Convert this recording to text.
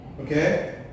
okay